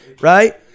right